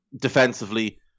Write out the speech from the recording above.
defensively